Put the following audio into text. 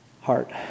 heart